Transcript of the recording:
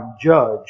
judge